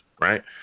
right